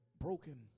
broken